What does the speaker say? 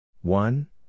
one